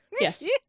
Yes